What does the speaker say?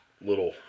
little